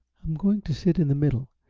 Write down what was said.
i'm going to sit in the middle.